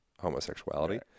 homosexuality